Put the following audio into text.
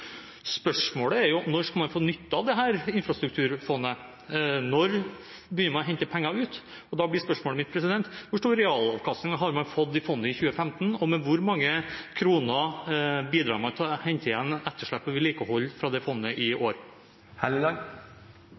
Spørsmålet er når man skal få nytte av dette infrastrukturfondet – når begynner man å hente penger ut? Da blir spørsmålet mitt: Hvor stor realavkastning har man fått av fondet i 2015, og med hvor mange kroner fra det fondet bidrar man til å hente inn igjen etterslepet av vedlikehold i